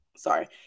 Sorry